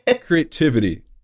creativity